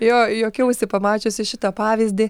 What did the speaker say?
jo juokiausi pamačiusi šitą pavyzdį